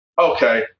okay